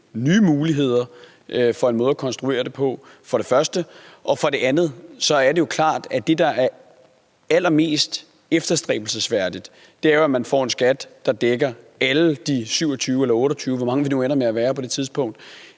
nye muligheder for en måde at konstruere det på. Og for det andet er det jo klart, at det, der er det allermest efterstræbelsesværdige, er, at man får en skat, der dækker alle 27 eller 28 EU-lande, eller hvor mange lande vi ender med at være på det tidspunkt.